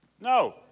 No